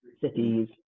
cities